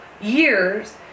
years